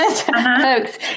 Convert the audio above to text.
folks